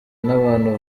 n’abantu